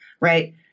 right